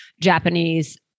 Japanese